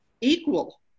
equal